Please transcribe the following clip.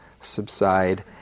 subside